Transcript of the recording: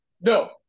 No